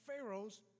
Pharaoh's